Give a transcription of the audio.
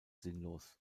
sinnlos